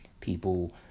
people